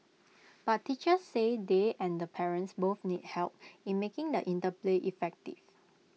but teachers say they and the parents both need help in making the interplay effective